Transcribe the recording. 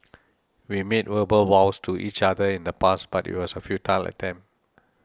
we made verbal vows to each other in the past but it was a futile attempt